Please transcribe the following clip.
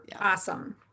Awesome